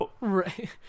Right